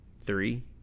three